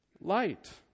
light